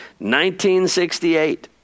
1968